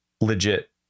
legit